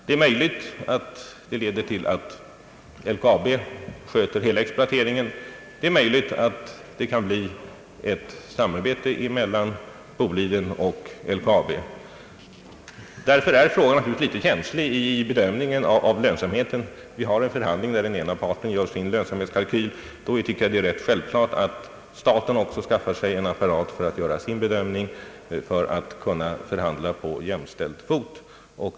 Det är möjligt att de leder till att LKAB sköter hela exploateringen, och det är möjligt att det kan bli ett samarbete mellan Boliden och LKAB. Därför är naturligtvis frågan om bedömningen av lönsamheten litet känslig. Vi står inför en förhandling där den ena parten gjort sin lönsamhetskalkyl, och vi tycker då att det är rätt självklart att staten också skaffar sig en apparat för att göra sin bedömning så att man kan förhandla på jämställd fot.